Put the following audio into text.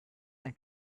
ein